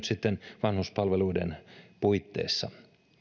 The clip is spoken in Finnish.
sitten vanhuspalveluiden puitteissa